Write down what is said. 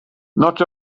not